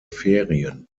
ferien